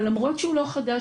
אבל למרות שהוא לא חדש,